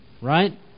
Right